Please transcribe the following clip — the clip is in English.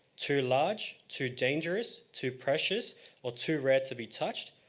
too large, too dangerous, too precious or too rare to be touch.